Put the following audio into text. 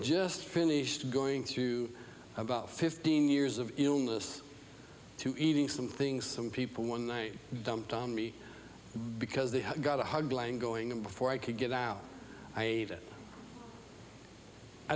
just finished going through about fifteen years of illness to eating some things some people one dumped on me because they got a hard line going and before i could get out i i